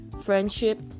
friendship